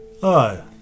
Hi